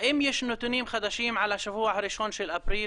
האם יש נתונים חדשים על השבוע הראשון של אפריל?